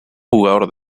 jugador